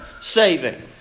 saving